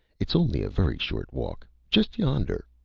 it's only a very short walk! just yonder!